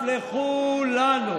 משותף לכולנו.